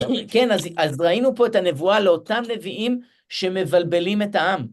כן, אז ראינו פה את הנבואה לאותם נביאים שמבלבלים את העם.